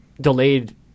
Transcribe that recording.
delayed